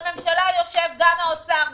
בממשלה יושב גם שר האוצר,